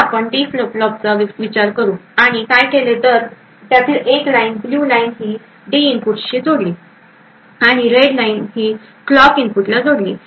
तर आपण D flip फ्लॉपचा विचार करू आणि काय केले तर त्यातील एक लाईन ब्ल्यू लाईन ही डी इनपुटला जोडली आहे आणि रेड लाईन क्लॉक इनपुटला जोडली आहे